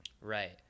Right